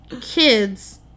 kids